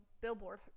billboard